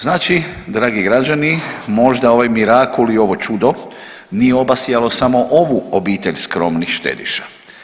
Znači dragi građani možda ovaj mirakul i ovo čudo nije obasjalo samo ovu obitelj skromnih štediša.